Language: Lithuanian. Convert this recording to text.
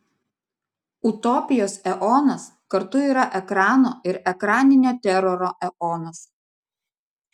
utopijos eonas kartu yra ekrano ir ekraninio teroro eonas